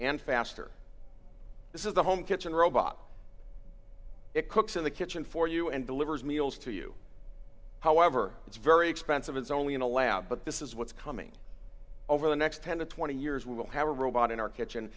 and faster this is the home kitchen robot it cooks in the kitchen for you and delivers meals to you however it's very expensive it's only in a lab but this is what's coming over the next ten to twenty years we will have a robot in our kitchen